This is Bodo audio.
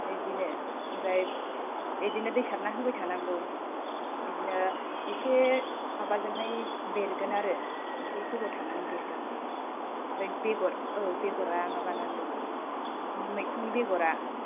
बेदिनो आमफ्राय बेदिनो दै सारना होबाय थानांगौ बिदिनो एसे माबाजोंहाय बेरगोन आरो एसे गोबाव थानानै बेरगोन आमफ्राय बेगर औ बेगरा माबानानै मैखुननि बेगरा